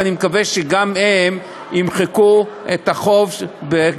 ואני מקווה שגם הם ימחקו את החוק בשיעור